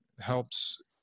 helps